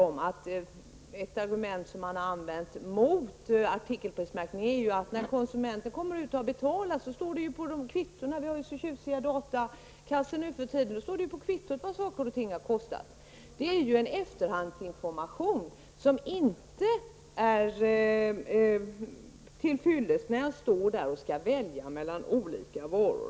Ett argument som har använts mot artikelprismärkning är att konsumenten kan läsa på kvittot vad varorna har kostat. Det finns ju så tjusiga datakassor nu för tiden! Men det är en efterhandsinformation som inte är till fyllest. Man har ingen nytta av den när man försöker välja mellan olika varor.